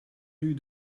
rue